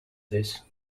this